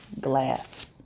Glass